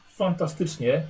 fantastycznie